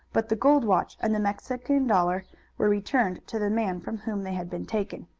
but the gold watch and the mexican dollar were returned to the man from whom they had been taken.